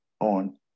On